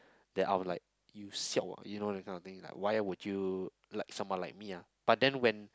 that I am like you siao ah you know that kind of thing like why would you like someone like me ah but then when